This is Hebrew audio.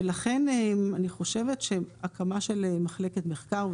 ולכן אני חושבת שהקמה של מחלקת מחקר,